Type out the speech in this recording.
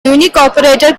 unincorporated